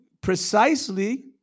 precisely